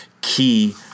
key